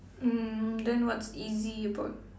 mm then what's easy about